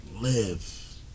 Live